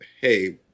hey